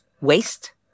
waste